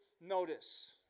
notice